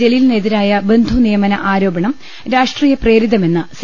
ജലീലിനെതിരായ ബന്ധുനിയമന ആരോപണം രാഷ്ട്രീയപ്രേരിതമെന്ന് സി